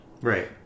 Right